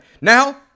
Now